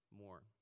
more